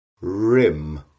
Rim